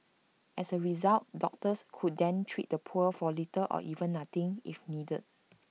as A result doctors could then treat the poor for little or even nothing if needed